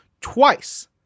twice